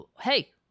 Hey